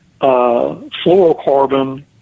fluorocarbon